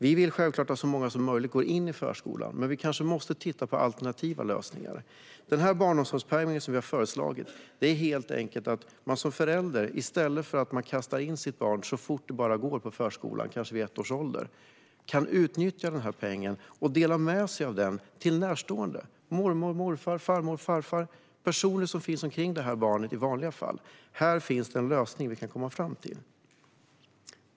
Vi vill självklart att så många som möjligt går in i förskolan. Men vi kanske måste titta på alternativa lösningar. Den barnomsorgspeng som vi har föreslagit innebär helt enkelt att man som förälder i stället för att kasta in sitt barn i förskolan så tidigt som det bara går, kanske vid ett års ålder, kan använda barnomsorgspengen och dela med sig av den till närstående som mormor, morfar, farmor och farfar - personer som finns omkring barnet i vanliga fall. Här finns det en lösning som vi kan komma fram till.